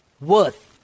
worth